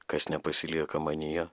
kas nepasilieka manyje